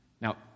Now